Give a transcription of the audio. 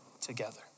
together